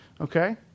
Okay